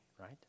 right